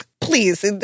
please